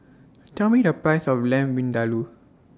Tell Me The Price of Lamb Vindaloo